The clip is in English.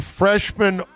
freshman